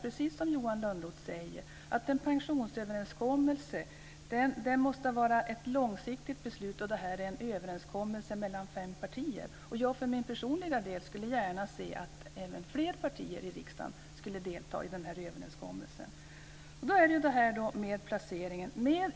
Precis som Johan Lönnroth säger måste en pensionsöverenskommelse vara ett långsiktigt beslut. Det här är en överenskommelse mellan fem partier. Jag skulle gärna se att fler partier i riksdagen skulle delta i överenskommelsen. Då var det placeringarna.